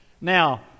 Now